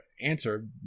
answer